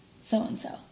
so-and-so